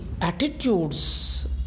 attitudes